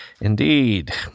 Indeed